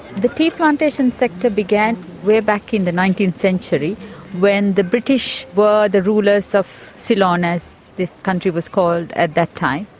the tea plantation sector began way back in the nineteenth century when the british were the rulers of ceylon, as this country was called at that time.